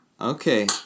okay